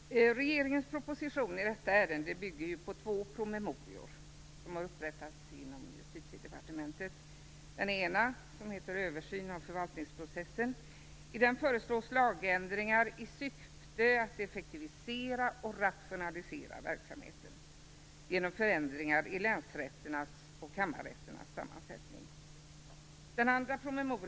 Fru talman! Regeringens proposition i detta ärende bygger på två promemorior som upprättats inom Justitiedepartementet. I den ena promemorian, Översyn av förvaltningsprocessen, föreslås lagändringar i syfte att effektivisera och rationalisera verksamheten genom förändringar i länsrätternas och kammarrätternas sammansättning.